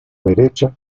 derecha